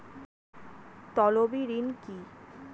তলবি ঋণ কি?